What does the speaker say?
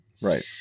Right